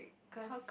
cause